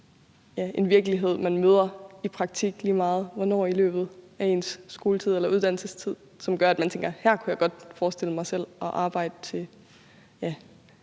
den virkelighed, man møder i praktik, lige meget hvornår det er i løbet af ens skoletid eller uddannelsestid, også gør, at man tænker, at her kunne man godt forestille sig at arbejde, til man